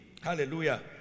Hallelujah